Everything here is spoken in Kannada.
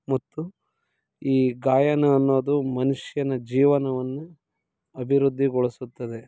ಮತ್ತು ಈ ಗಾಯನ ಅನ್ನೋದು ಮನುಷ್ಯನ ಜೀವನವನ್ನು ಅಭಿವೃದ್ಧಿಗೊಳಿಸುತ್ತದೆ